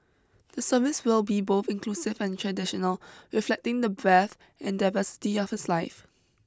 the service will be both inclusive and traditional reflecting the breadth and diversity of his life